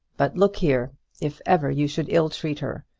but look here if ever you should ill-treat her,